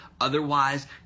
Otherwise